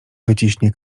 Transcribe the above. wyciśnie